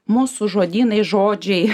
mūsų žodynai žodžiai